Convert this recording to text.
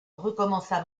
recommença